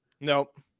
Nope